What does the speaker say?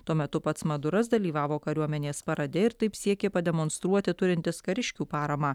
tuo metu pats maduras dalyvavo kariuomenės parade ir taip siekė pademonstruoti turintis kariškių paramą